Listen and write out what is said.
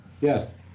Yes